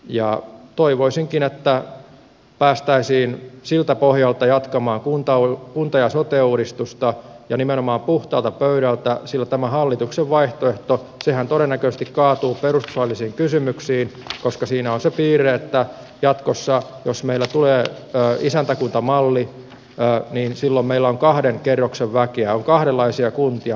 toivoisinkin että päästäisiin siltä pohjalta jatkamaan kunta ja sote uudistusta ja nimenomaan puhtaalta pöydältä sillä tämä hallituksen vaihtoehtohan todennäköisesti kaatuu perustuslaillisiin kysymyksiin koska siinä on se piirre että jatkossa jos meillä tulee isäntäkuntamalli meillä on kahden kerroksen väkeä on kahdenlaisia kuntia